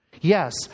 Yes